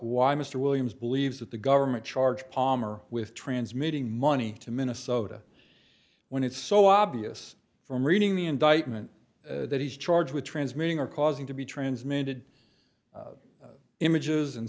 why mr williams believes that the government charged palmer with transmitting money to minnesota when it's so obvious from reading the indictment that he's charged with transmitting or causing to be transmitted images and